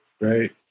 Right